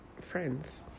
friends